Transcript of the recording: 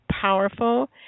powerful